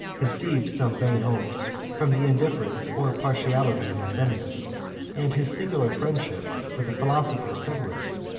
conceived some vain hopes, from the indifference, or partiality, of anthemius and his singular friendship for the philosopher severus,